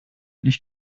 nicht